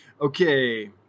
Okay